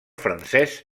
francès